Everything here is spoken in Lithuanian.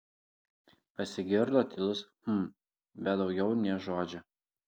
pasigirdo tylus hm bet daugiau nė žodžio